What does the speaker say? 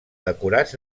decorats